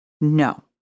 No